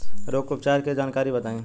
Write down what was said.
रोग उपचार के जानकारी बताई?